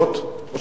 או לא טעויות,